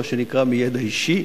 מה שנקרא מידע אישי,